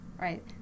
right